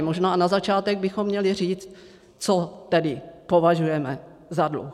Možná na začátek bychom měli říct, co tedy považujeme za dluh.